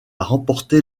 remporter